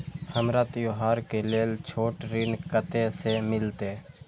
हमरा त्योहार के लेल छोट ऋण कते से मिलते?